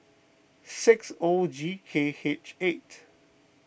six O G K H eight